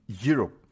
Europe